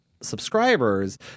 subscribers